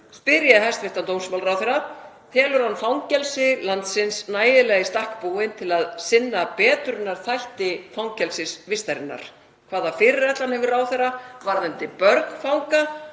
spyr ég hæstv. dómsmálaráðherra: Telur hann fangelsi landsins nægilega í stakk búin til að sinna betrunarþætti fangelsisvistarinnar? Hvaða fyrirætlanir hefur ráðherra varðandi börn fanga